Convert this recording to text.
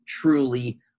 truly